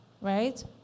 Right